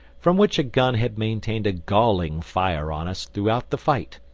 from which a gun had maintained a galling fire on us throughout the fight.